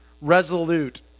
resolute